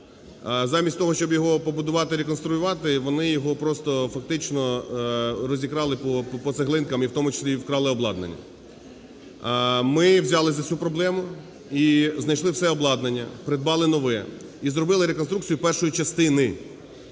Замість того, щоб його побудувати, реконструювати, вони його просто фактично розікрали по цеглинкам, і в тому числі вкрали обладнання. Ми взялися за цю проблему і знайшли все обладнання, придбали нове і зробили реконструкцію першої частини,